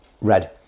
Red